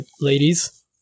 Ladies